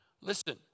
Listen